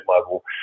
level